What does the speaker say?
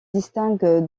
distingue